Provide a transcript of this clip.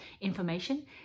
information